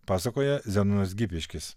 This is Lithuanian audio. pasakoja zenonas gipiškis